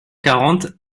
quarante